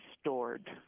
stored